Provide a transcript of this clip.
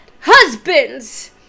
husbands